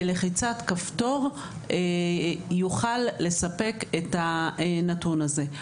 בלחיצת כפתור יוכל לספק את הנתון הזה.